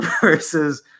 versus